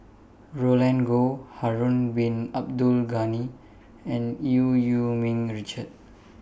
Roland Goh Harun Bin Abdul Ghani and EU Yee Ming Richard